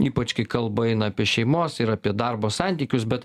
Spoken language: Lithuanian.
ypač kai kalba eina apie šeimos ir apie darbo santykius bet